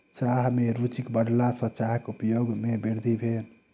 चाह में रूचिक बढ़ला सॅ चाहक उपयोग में वृद्धि भेल